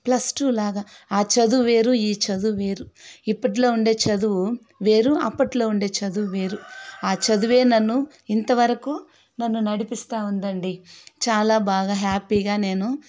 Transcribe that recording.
plus two లాగా ఆ చదువు వేరు ఈ చదువు వేరు ఇప్పటిలో ఉండే చదువు వేరు అప్పట్లో ఉండే చదువు వేరు ఆ చదువే నన్ను ఇంతవరకు నన్ను నడిపిస్తూ ఉందండి చాలా బాగా హ్యాపీగా నేను